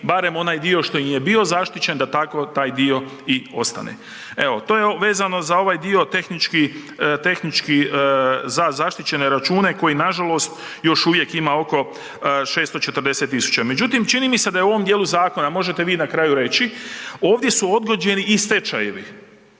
barem onaj dio što im je bio zaštićen, da tako taj dio i ostane. Evo, to je vezano za ovaj dio tehnički za zaštićene račune koji nažalost još uvijek ima oko 640 tisuća. Međutim, čini mi se da je u ovom dijelu zakona, možete vi na kraju reći, ovdje su odgođeni i stečajevi.